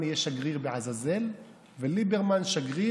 הוא אחשורוש המֹּלך מהדו ועד כוש שבע ועשרים ומאה מדינה".